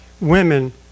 women